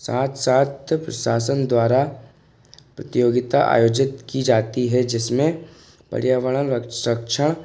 साथ साथ प्रशासन द्वारा प्रतियोगिता आयोजित की जाती है जिसमें पर्यावरण रक्ष रक्षा